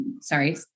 sorry